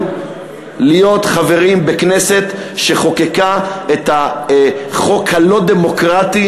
להיות חברים בכנסת שחוקקה את החוק הלא-דמוקרטי,